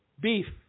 Beef